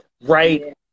Right